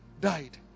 died